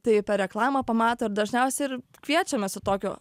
tai reklamą pamato ir dažniausiai ir kviečiame su tokiu